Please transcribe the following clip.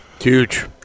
Huge